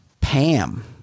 Pam